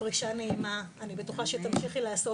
פרישה נעימה, אני בטוחה שתמשיכי לעשות.